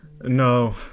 No